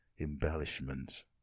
embellishment